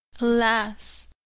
Alas